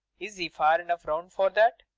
is he far enough round for that?